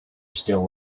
still